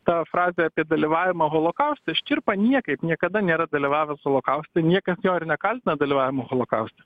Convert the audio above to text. ta frazė apie dalyvavimą holokauste škirpa niekaip niekada nėra dalyvavęs holokauste niekas jo ir nekaltina dalyvavimu holokauste